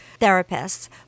therapists